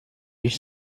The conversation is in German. ich